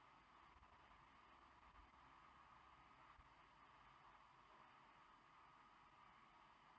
oh yeah